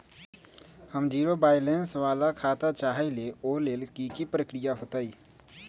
हम zero balance वाला खाता चाहइले वो लेल की की प्रक्रिया होतई?